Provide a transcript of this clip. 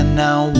now